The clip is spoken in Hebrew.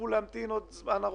ימשיכו להמתין עוד זמן רב.